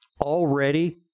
already